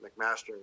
McMaster